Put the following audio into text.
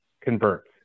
converts